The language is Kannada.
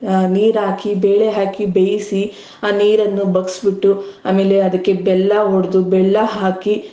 ನೀರು ಹಾಕಿ ಬೇಳೆ ಹಾಕಿ ಬೇಯಿಸಿ ಆ ನೀರನ್ನು ಬಗ್ಸ್ಬಿಟ್ಟು ಆಮೇಲೆ ಅದಕ್ಕೆ ಬೆಲ್ಲ ಒಡೆದು ಬೆಲ್ಲ ಹಾಕಿ